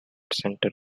center